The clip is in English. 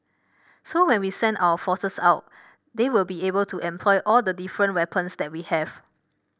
so when we send our forces out they will be able to employ all the different weapons that we have